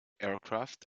aircraft